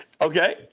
okay